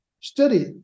Study